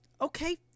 okay